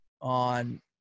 on